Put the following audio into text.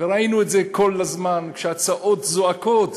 וראינו את זה כל הזמן, כשהצעות זועקות,